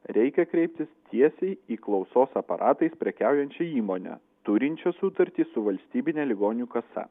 reikia kreiptis tiesiai į klausos aparatais prekiaujančią įmonę turinčią sutartį su valstybine ligonių kasa